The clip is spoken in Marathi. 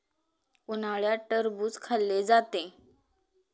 उन्हाळ्यात टरबूज खाल्ले जाते